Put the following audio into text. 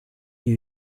new